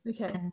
okay